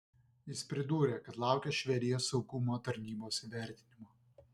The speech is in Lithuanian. jis pridūrė kad laukia švedijos saugumo tarnybos įvertinimo